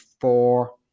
four